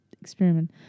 experiment